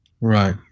Right